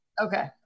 Okay